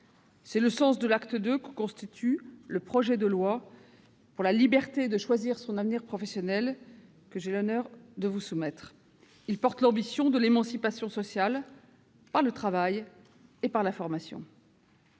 C'est le sens de l'acte II que constitue le projet de loi pour la liberté de choisir son avenir professionnel que j'ai l'honneur de vous soumettre. Ce projet de loi porte l'ambition de l'émancipation sociale par le travail et la formation.